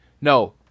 No